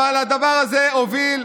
אבל הדבר הזה הוביל,